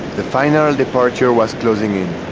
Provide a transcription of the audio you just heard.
the final departure was closing in.